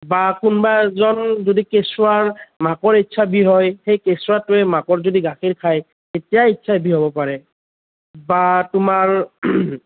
বা কোনোবাজন যদি কেঁচুৱাৰ মাকৰ এইচ আই ভি হয় সেই কেঁচুৱাটোৱে মাকৰ যদি গাখীৰ খাই তেতিয়া এইচ আই ভি হ'ব পাৰে বা তোমাৰ